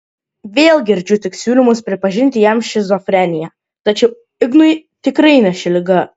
vėl girdžiu tik siūlymus pripažinti jam šizofreniją tačiau ignui tikrai ne ši liga